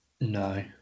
No